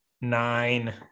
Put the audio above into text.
Nine